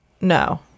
No